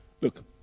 Look